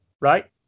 Right